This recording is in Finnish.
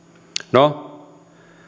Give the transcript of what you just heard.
no